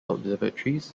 observatories